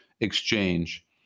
exchange